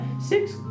six